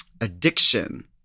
addiction